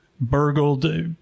burgled